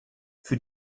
für